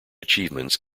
achievements